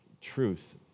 truth